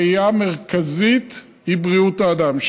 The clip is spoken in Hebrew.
הראייה המרכזית היא בריאות האדם,